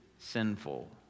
sinful